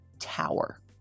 tower